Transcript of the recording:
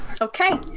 Okay